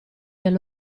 del